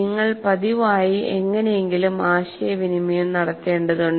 നിങ്ങൾ പതിവായി എങ്ങനെയെങ്കിലും ആശയവിനിമയം നടത്തേണ്ടതുണ്ട്